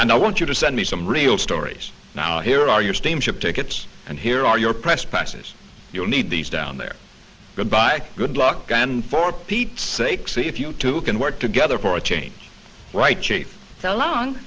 and i want you to send me some real stories now here are your steamship tickets and here are your press passes you'll need these down there goodbye good luck and for pete's sake see if you two can work together for a change right